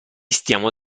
stiamo